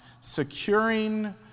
securing